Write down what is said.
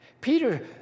Peter